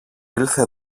ήλθε